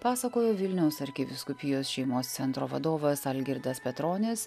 pasakojo vilniaus arkivyskupijos šeimos centro vadovas algirdas petronis